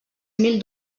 mil